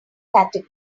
category